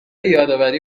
یادآوری